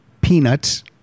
Peanuts